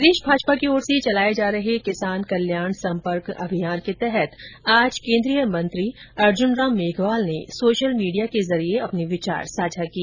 प्रदेश भाजपा की ओर से चलाए जा रहे किसान कल्याण संपर्क अभियान के तहत आज केंद्रीय मंत्री अर्जुन राम मेघवाल ने सोशल मीडिया के जरिये अपने विचार साझा किए